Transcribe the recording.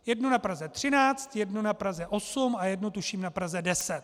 Jednu na Praze 13, jednu na Praze 8 a jednu tuším na Praze 10.